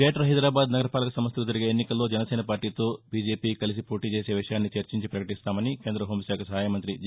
greater Hyderabad నగర పాలక సంస్లకు జరిగే ఎన్నికల్లో జనసేన పార్టీతో బీజేపీ కలిసి పోటీ చేసే విషయాన్ని చర్చించి పకటిస్తామని కేంద్ర హోంశాఖ సహాయ మంత్రి జి